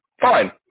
Fine